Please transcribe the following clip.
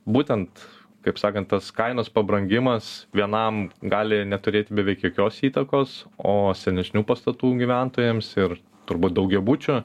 būtent kaip sakant tas kainos pabrangimas vienam gali neturėti beveik jokios įtakos o senesnių pastatų gyventojams ir turbūt daugiabučių